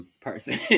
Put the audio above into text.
person